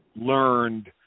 learned